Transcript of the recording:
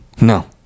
no